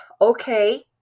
okay